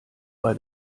bei